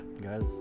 Guys